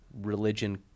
religion